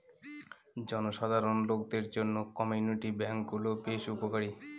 জনসাধারণ লোকদের জন্য কমিউনিটি ব্যাঙ্ক গুলো বেশ উপকারী